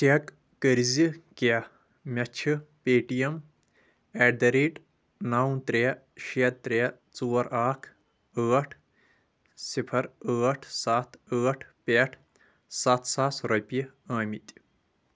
check کٔرزِ کیٛاہ مےٚ چھ Paytm at the rate نو ترٛےٚ شیٚے ترٛےٚ ژور اکھ ٲٹھ صفر ٲٹھ ستھ ٲٹھ پٮ۪ٹھ ستھ ساس رۄپیہِ آمٕتی